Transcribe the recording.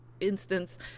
instance